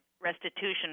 restitution